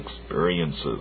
experiences